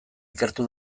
ikertu